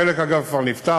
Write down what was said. חלק, אגב, כבר נפתח,